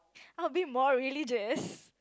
a bit more religious